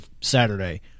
Saturday